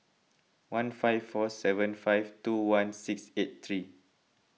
one five four seven five two one six eight three